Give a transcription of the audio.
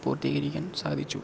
പൂർത്തീകരിക്കാൻ സാധിച്ചു